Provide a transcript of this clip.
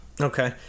okay